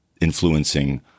influencing